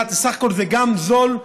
בסך הכול זה גם זול,